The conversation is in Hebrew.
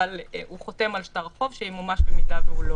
אבל הוא חותם על שטר חוב שימומש אם הוא לא